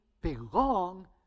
belong